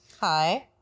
Hi